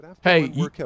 Hey